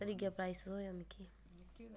त्रीया प्राइज थ्होया मिकी